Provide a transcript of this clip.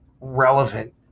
relevant